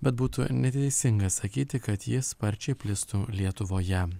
bet būtų neteisinga sakyti kad ji sparčiai plistų lietuvoje